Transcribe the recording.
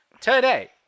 Today